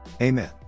Amen